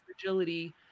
Fragility